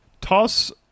Toss